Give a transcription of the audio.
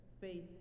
faith